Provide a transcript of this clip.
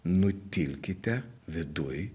nutilkite viduj